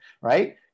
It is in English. right